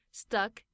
stuck